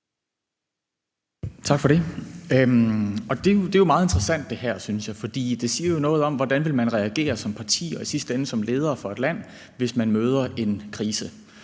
Tak for det. Det her er meget interessant, synes jeg, for det siger jo noget om, hvordan man vil reagere som parti og i sidste ende som leder for et land, hvis man møder en krise.